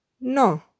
No